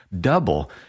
double